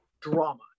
drama